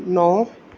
ਨੌਂ